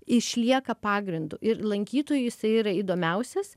išlieka pagrindu ir lankytojui jisai yra įdomiausias